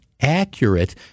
accurate